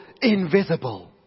invisible